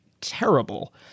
terrible